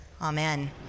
amen